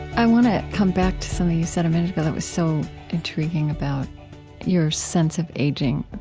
i want to come back to something you said a minute ago that was so intriguing about your sense of aging.